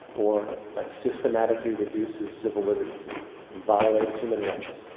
or that systematicly reduces several libertys and violates human rights,